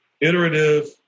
iterative